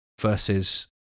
versus